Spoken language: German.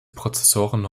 prozessoren